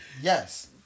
Yes